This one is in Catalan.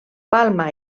palma